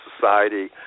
society